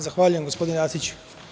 Zahvaljujem gospodine Arsiću.